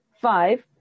five